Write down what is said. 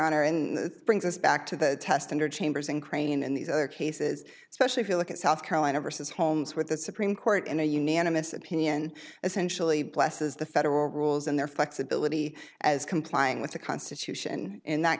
honor and brings us back to the test under chambers and crane in these other cases especially if you look at south carolina versus holmes with the supreme court in a unanimous opinion essentially blesses the federal rules in their flexibility as complying with the constitution in that